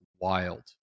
wild